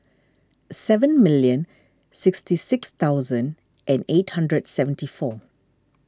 seven million sixty six thousand and eight hundred seventy four